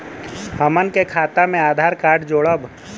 हमन के खाता मे आधार कार्ड जोड़ब?